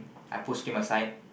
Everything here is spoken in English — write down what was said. I pushed him aside